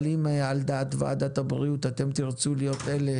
אבל אם על דעת ועדת הבריאות אתם תרצו להיות אלה